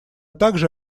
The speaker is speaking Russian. также